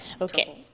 Okay